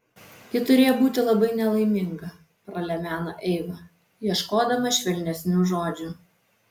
ji turėjo būti labai nelaiminga pralemeno eiva ieškodama švelnesnių žodžių